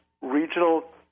regional